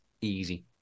easy